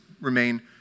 remain